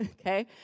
Okay